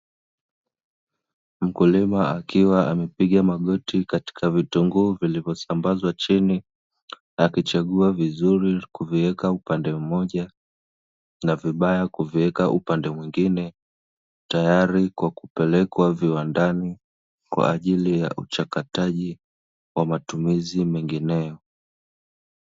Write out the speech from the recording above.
Mkulima akiwa amepiga magoti katika vitunguu vilivyosambazwa chini, akichagua vizuri kuviweka upande mmoja na vibaya kuviweka upande mwingine tayari kwa kupelekwa viwandani kwa ajili ya uchakataji wa matumizi mengineyo.